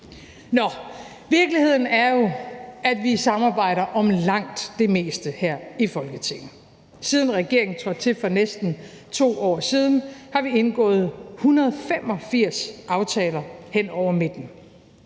Nå, virkeligheden er jo, at vi samarbejder om langt det meste her i Folketinget. Siden regeringen trådte til for næsten 2 år siden, har vi indgået 185 aftaler hen over midten